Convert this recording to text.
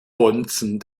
bonzen